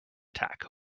attack